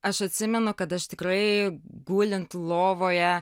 aš atsimenu kad aš tikrai gulint lovoje